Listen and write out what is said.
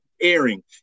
airing